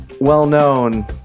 well-known